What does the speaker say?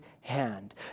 hand